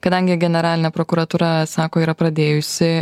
kadangi generalinė prokuratūra sako yra pradėjusi